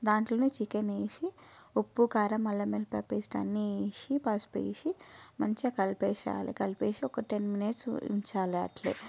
దాంట్లోనే చికెన్ వేసి ఉప్పు కారం అల్లం వెల్లుల్లిపాయ పేస్ట్ అన్నీ వేసి పసుపు వేసి మంచిగా కలిపి వేసేయాలి కలిపేసి ఒక టెన్ మినిట్స్ ఉంచాలి అట్లే